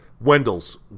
Wendell's